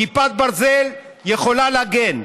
כיפת ברזל יכולה להגן,